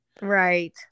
Right